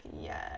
Yes